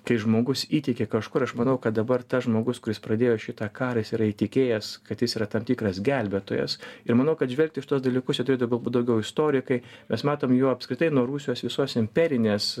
kai žmogus įtiki kažkur aš manau kad dabar tas žmogus kuris pradėjo šitą karą jis yra įtikėjęs kad jis yra tam tikras gelbėtojas ir manau kad žvelgt į šituos dalykus čia turėtų galbūt daugiau istorikai mes matom jo apskritai nuo rusijos visos imperinės